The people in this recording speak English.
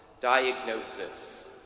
diagnosis